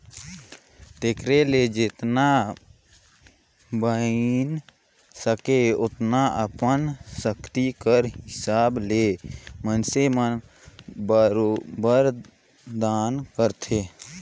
तेकरे ले जेतना बइन सके ओतना अपन सक्ति कर हिसाब ले मइनसे मन बरोबेर दान करथे